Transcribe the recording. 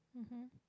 mmhmm